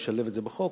לשלב את זה בחוק: